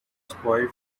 spoil